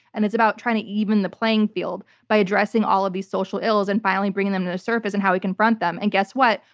and it's about trying to even the playing field by addressing all of these social ills and finally bringing them to the surface and how we confront them. and guess what?